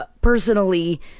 personally